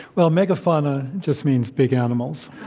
well, megafauna just means big animals.